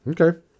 Okay